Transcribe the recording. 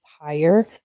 higher